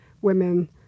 women